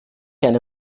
eine